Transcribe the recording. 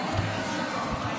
אדוני.